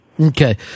Okay